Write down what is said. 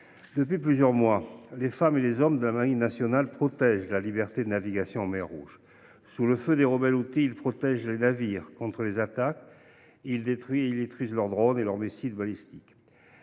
Depuis plusieurs mois, les femmes et les hommes de la Marine nationale tentent de préserver la liberté de navigation en mer Rouge. Sous le feu des rebelles houthis, ils protègent les navires contre leurs attaques ; ils détruisent leurs drones et leurs missiles balistiques.